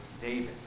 David